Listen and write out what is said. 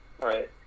Right